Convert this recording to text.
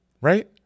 Right